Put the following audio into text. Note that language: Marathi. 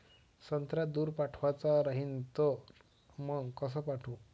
संत्रा दूर पाठवायचा राहिन तर मंग कस पाठवू?